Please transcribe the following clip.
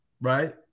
Right